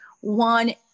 one